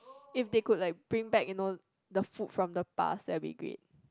if they could like bring back you know the food from the past that will be great